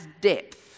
depth